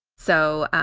so,